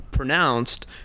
Pronounced